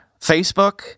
Facebook